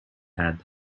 had